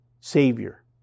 Savior